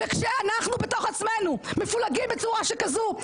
וכשאנחנו בתוך עצמנו מפולגים בצורה שכזו,